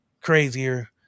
crazier